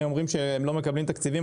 הם אומרים שהם לא מקבלים תקציבים,